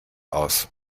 aus